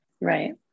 right